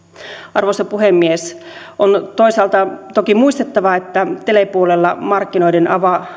arvoisa puhemies on toisaalta toki muistettava että telepuolella markkinoiden